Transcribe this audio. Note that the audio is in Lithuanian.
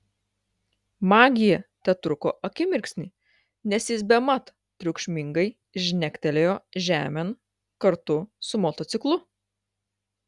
magija tetruko akimirksnį nes jis bemat triukšmingai žnektelėjo žemėn kartu su motociklu